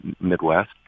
Midwest